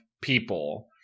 people